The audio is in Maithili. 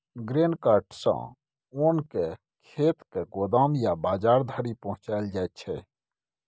ग्रेन कार्ट सँ ओन केँ खेत सँ गोदाम या बजार धरि पहुँचाएल जाइ छै